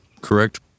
correct